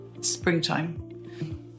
springtime